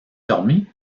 dormi